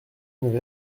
une